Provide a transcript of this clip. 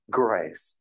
grace